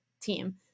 team